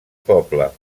poble